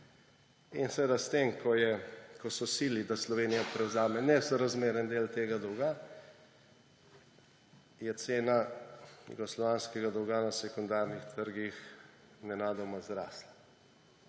In seveda s tem, ko so silili, da Slovenija prevzame nesorazmeren del tega dolga, je cena jugoslovanskega dolga na sekundarnih trgih nenadoma zrasla.